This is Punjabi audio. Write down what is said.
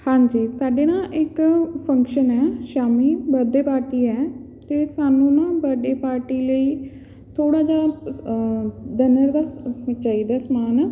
ਹਾਂਜੀ ਸਾਡੇ ਨਾ ਇੱਕ ਫੰਕਸ਼ਨ ਹੈ ਸ਼ਾਮੀ ਬਰਡੇ ਪਾਰਟੀ ਹੈ ਅਤੇ ਸਾਨੂੰ ਨਾ ਬਰਡੇ ਪਾਰਟੀ ਲਈ ਥੋੜ੍ਹਾ ਜਿਹਾ ਚਾਹੀਦਾ ਸਮਾਨ